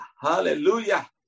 hallelujah